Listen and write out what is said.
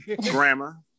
grammar